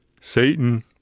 Satan